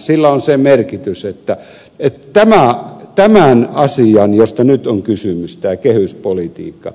sillä on se merkitys että tämän asian josta nyt on kysymys tämän kehyspolitiikan